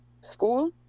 school